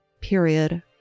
period